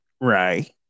Right